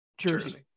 jersey